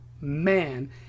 Man